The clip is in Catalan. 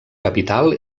capital